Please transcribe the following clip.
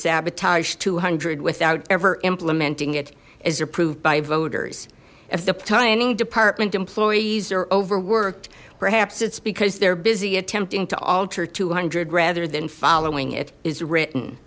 sabotage two hundred without ever implementing it as approved by voters if the planning department employees are overworked perhaps it's because they're busy attempting to alter two hundred rather than following it is written